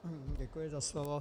Děkuji za slovo.